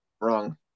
wrong